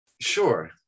sure